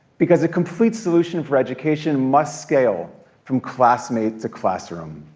because a complete solution for education must scale from classmate to classroom,